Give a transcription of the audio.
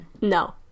No